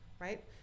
right